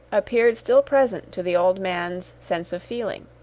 appeared still present to the old man's sense of feeling.